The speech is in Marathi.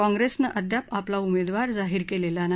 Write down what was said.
काँग्रेसनं अद्याप आपला उमेदवार जाहीर केलेला नाही